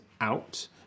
out